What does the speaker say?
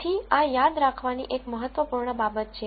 તેથી આ યાદ રાખવાની એક મહત્વપૂર્ણ બાબત છે